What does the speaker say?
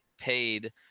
paid